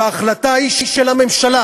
וההחלטה ההיא של הממשלה